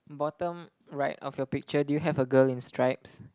bottom right of your picture do you have a girl in stripes